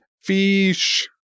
Fish